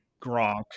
Gronk